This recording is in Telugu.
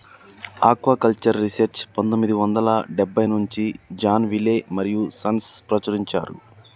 ఆక్వాకల్చర్ రీసెర్చ్ పందొమ్మిది వందల డెబ్బై నుంచి జాన్ విలే మరియూ సన్స్ ప్రచురించారు